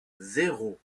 zéro